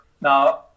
now